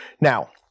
Now